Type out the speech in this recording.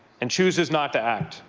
and chooses not to act,